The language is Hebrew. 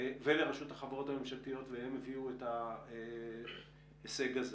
ולרשות החברות הממשלתיות והם הביאו את ההישג הזה.